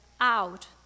out